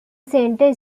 center